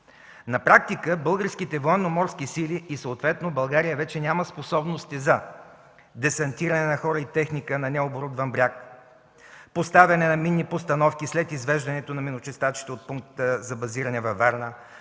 На практика българските Военноморски сили и съответно България вече няма способности за: - десантиране на хора и техника на необорудван бряг; - поставяне на минни постановки след извеждането на миночистачите от пункта за базиране във Варна;